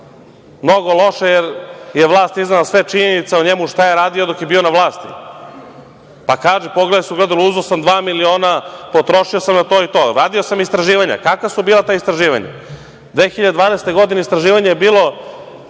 mnogo loše jer je vlast iznela sve činjenice o njemu šta je radio dok je bio na vlasti. Pa, kaži, pogledaj se u ogledalo, uzeo sam dva miliona, potrošio sam na to i to. Radio sam istraživanja. Kakva su bila ta istraživanja? Godine 2012. istraživanje je bilo,